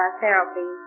therapy